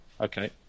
Okay